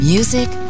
Music